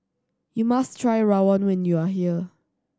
you must try rawon when you are here